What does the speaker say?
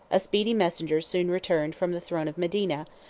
a speedy messenger soon returned from the throne of medina,